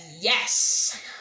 Yes